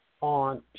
on